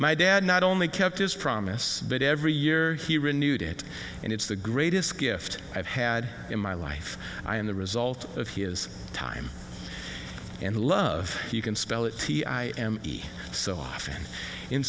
my dad not only kept his promise but every year he renewed it and it's the greatest gift i've had in my life i am the result of his time and love you can spell it t i am so often in